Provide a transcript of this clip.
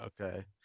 Okay